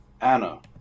Anna